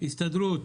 הסתדרות.